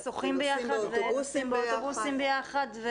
שוחים ביחד ובאוטובוסים ביחד.